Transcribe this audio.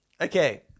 Okay